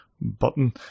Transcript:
button